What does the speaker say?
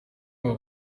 aba